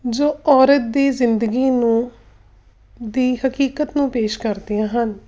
ਜੋ ਔਰਤ ਦੀ ਜ਼ਿੰਦਗੀ ਨੂੰ ਦੀ ਹਕੀਕਤ ਨੂੰ ਪੇਸ਼ ਕਰਦੀਆਂ ਹਨ